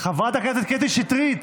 חברת הכנסת קטי שטרית,